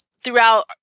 throughout